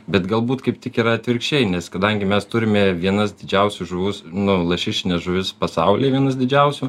bet galbūt kaip tik yra atvirkščiai nes kadangi mes turime vienas didžiausių žuvų nu lašišines žuvis pasauly vienas didžiausių